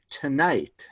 tonight